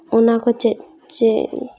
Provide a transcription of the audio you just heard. ᱚᱱᱟ ᱠᱚ ᱪᱮᱫ ᱪᱮᱫ